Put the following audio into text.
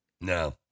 No